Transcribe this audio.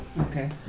Okay